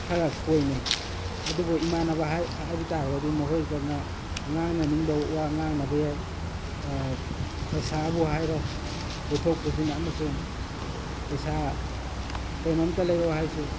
ꯈꯔ ꯀꯣꯏꯅꯩ ꯑꯗꯨꯕꯨ ꯏꯃꯥꯟꯅꯕ ꯍꯥꯏꯕ ꯇꯥꯔꯒꯗꯤ ꯃꯈꯣꯏꯒ ꯉꯥꯡꯅꯅꯤꯡꯕ ꯋꯥ ꯉꯥꯡꯅꯕ ꯌꯥꯏ ꯄꯩꯁꯥꯕꯨ ꯍꯥꯏꯔꯣ ꯄꯨꯊꯣꯛ ꯄꯨꯁꯤꯟ ꯑꯃꯁꯨꯡ ꯄꯩꯁꯥ ꯀꯩꯅꯣꯝꯇ ꯂꯩꯔꯛꯑꯣ ꯍꯥꯏꯔꯁꯨ